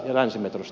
arvoisa puhemies